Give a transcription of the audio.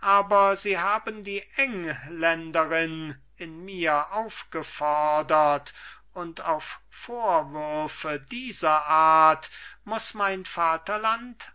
aber sie haben die engländerin in mir aufgefordert und auf vorwürfe dieser art muß mein vaterland